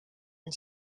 and